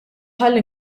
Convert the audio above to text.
ħalli